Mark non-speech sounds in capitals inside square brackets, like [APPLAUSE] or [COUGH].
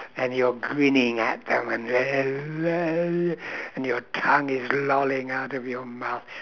and you're grinning at them and [NOISE] and your tongue is lolling out of your mouth